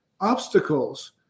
Obstacles